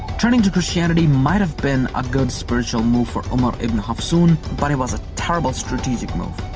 turning to christianity might've been a good spiritual move for umar ibn hafsun but it was a terrible strategic move.